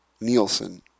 Nielsen